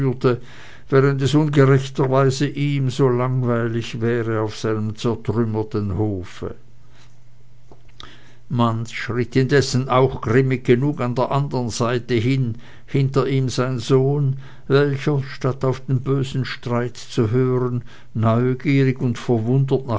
während es ungerechterweise ihm so langweilig wäre auf seinem zertrümmerten hofe manz schritt indessen auch grimmig genug an der anderen seite hin hinter ihm sein sohn welcher statt auf den bösen streit zu hören neugierig und verwundert